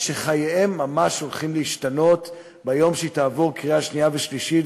חייהם הולכים להשתנות ביום שהיא תעבור בקריאה שנייה ושלישית,